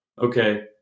Okay